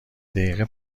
دقیقه